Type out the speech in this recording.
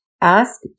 Ask